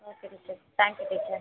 okay teacher thank you teacher